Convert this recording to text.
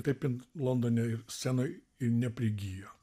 taip jin londone ir scenoj ir neprigijo